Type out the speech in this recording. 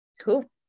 Cool